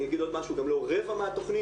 אני אגיד עוד משהו, גם לא רבע מהתכנית,